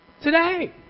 today